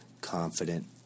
confident